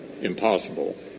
impossible